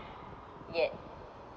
yet